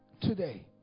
today